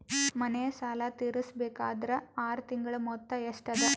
ಮನೆ ಸಾಲ ತೀರಸಬೇಕಾದರ್ ಆರ ತಿಂಗಳ ಮೊತ್ತ ಎಷ್ಟ ಅದ?